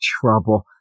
trouble